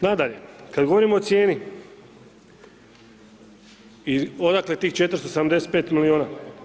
Nadalje, kada govorimo o cijeni odakle tih 475 milijuna.